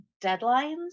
Deadlines